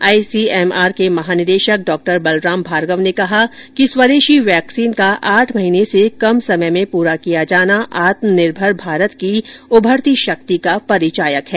आई C M R के महानिदेशक डॉ बलराम भार्गव ने कहा कि स्वदेशी वैक्सीन का आठ महीने से कम समय में पूरा किया जाना आत्मनिर्भर भारत की उभरती शक्ति का परिचायक है